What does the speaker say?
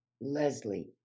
Leslie